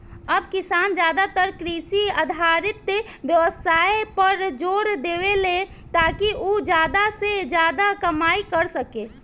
अब किसान ज्यादातर कृषि आधारित व्यवसाय पर जोर देवेले, ताकि उ ज्यादा से ज्यादा कमाई कर सके